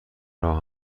راه